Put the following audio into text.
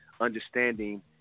understanding